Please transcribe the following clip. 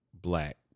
black